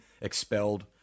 expelled